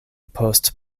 post